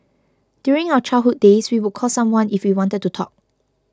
during our childhood days we would call someone if we wanted to talk